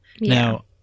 Now